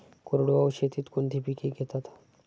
कोरडवाहू शेतीत कोणती पिके घेतात?